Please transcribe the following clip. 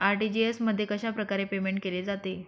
RTGS मध्ये कशाप्रकारे payment केले जाते?